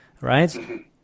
right